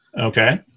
Okay